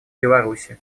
беларуси